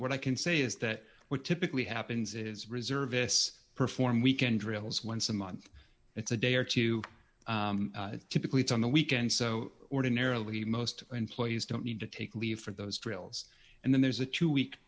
what i can say is that what typically happens is reservists perform weekend drills once a month it's a day or two typically it's on the weekend so ordinarily most employees don't need to take leave for those drills and then there's a two week